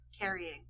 carrying